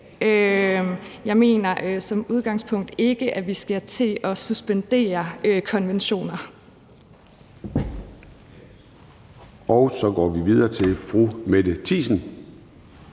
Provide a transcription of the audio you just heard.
Jeg mener som udgangspunkt ikke, at vi skal til at suspendere konventioner. Kl. 11:03 Formanden (Søren Gade): Så går vi videre til fru Mette Thiesen.